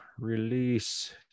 release